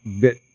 bit